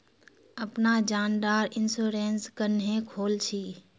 अपना जान डार इंश्योरेंस क्नेहे खोल छी?